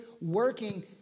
working